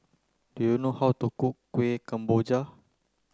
do you know how to cook Kueh Kemboja